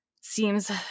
seems